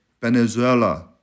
Venezuela